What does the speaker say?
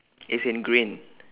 is in green